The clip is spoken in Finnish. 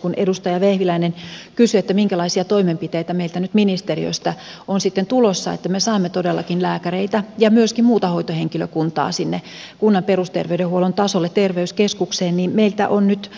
kun edustaja vehviläinen kysyi minkälaisia toimenpiteitä meiltä nyt ministeriöstä on sitten tulossa että me saamme todellakin lääkäreitä ja myöskin muuta hoitohenkilökuntaa sinne kunnan perusterveydenhuollon tasolle terveyskeskukseen niin meiltä on nyt